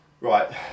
Right